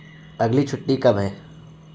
اگلی چھٹی کب ہے